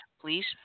Please